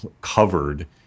covered